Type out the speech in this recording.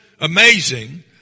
amazing